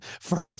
First